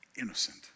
innocent